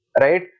right